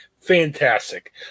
Fantastic